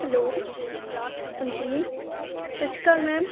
hello ਹਾਂਜੀ ਸਤਿ ਸ਼੍ਰੀ ਅਕਾਲ ਮੈਮ